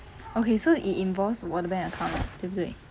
okay so it involves 我的 bank account lah 对不对